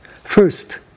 First